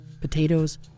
Potatoes